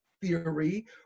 theory